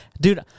Dude